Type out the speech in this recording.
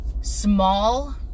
small